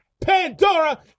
Pandora